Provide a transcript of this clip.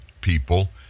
people